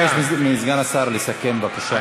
אבקש מסגן השר לסכם, בבקשה.